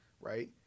right